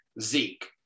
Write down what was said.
Zeke